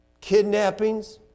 kidnappings